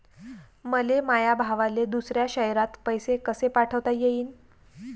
मले माया भावाले दुसऱ्या शयरात पैसे कसे पाठवता येईन?